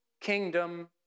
kingdom